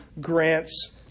grants